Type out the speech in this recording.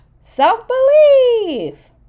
self-belief